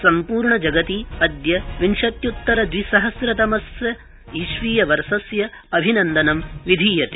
सम्पूर्णे जगति अद्य विंशत्य्त्तर द्विसहस्रतमस्य ईस्वीयवर्षस्य अभिनन्दनं विधीयते